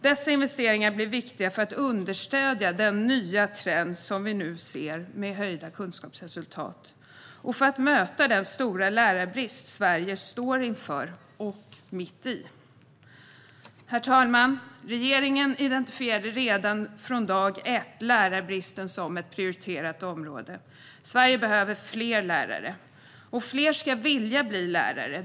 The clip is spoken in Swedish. Dessa investeringar blir viktiga för att understödja den nya trend som vi nu ser med höjda kunskapsresultat och för att möta den stora lärarbrist Sverige står inför och mitt i. Herr talman! Regeringen identifierade redan från dag ett lärarbristen som ett prioriterat område. Sverige behöver fler lärare. Och fler ska vilja bli lärare.